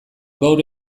gaur